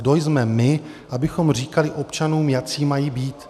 Kdo jsme my, abychom říkali občanům, jací mají být?